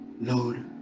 Lord